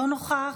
אינו נוכח,